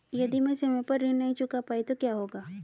यदि मैं समय पर ऋण नहीं चुका पाई तो क्या होगा?